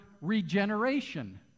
regeneration